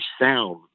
sound